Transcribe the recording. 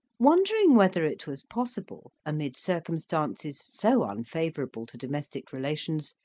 wondering whether it was possible, amid circumstances so unfavourable to domestic relations,